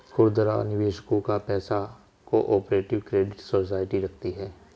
खुदरा निवेशकों का पैसा को ऑपरेटिव क्रेडिट सोसाइटी रखती है